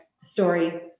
story